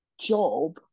job